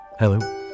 Hello